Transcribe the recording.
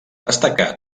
destacar